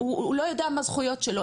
הוא לא יודע מה הזכויות שלו,